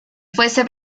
fuese